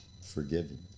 forgiven